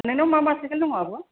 नोंनाव मा मा साइकेल दङ आब'